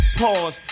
Pause